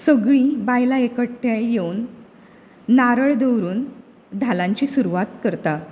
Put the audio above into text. सगळीं बायलां एकठांय येवन नारळ दवरून धालांची सुरवात करता